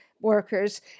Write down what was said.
workers